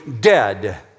dead